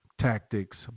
tactics